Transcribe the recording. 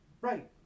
Right